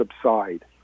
subside